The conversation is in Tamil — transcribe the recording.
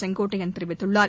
செங்கோட்டையன் தெரிவித்துள்ளார்